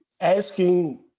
asking